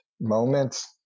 moments